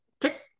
tick